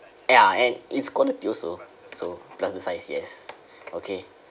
ya and it's quantity also so plus the size yes okay